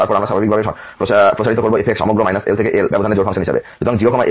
তারপর আমরা স্বাভাবিকভাবেই প্রসারিত করব f সমগ্র L L ব্যবধানে জোড় ফাংশন হিসাবে